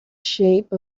shape